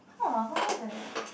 how uh how come it's like that ah